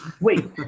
Wait